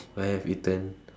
I have eaten